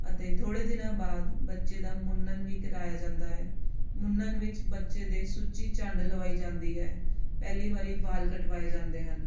ਅਤੇ ਥੋੜ੍ਹੇ ਦਿਨਾਂ ਬਾਅਦ ਬੱਚੇ ਦਾ ਮੁੰਨਨ ਵੀ ਕਰਵਾਇਆ ਜਾਂਦਾ ਹੈ ਮੁੰਨਨ ਵਿੱਚ ਬੱਚੇ ਦੇ ਸੁੱਚੀ ਝੰਡ ਲਗਵਾਈ ਜਾਂਦੀ ਹੈ ਪਹਿਲੀ ਵਾਰ ਵਾਲ ਕਟਵਾਏ ਜਾਂਦੇ ਹਨ